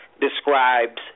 describes